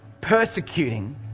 persecuting